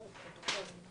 בפרוטוקול.